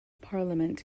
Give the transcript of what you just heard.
parliament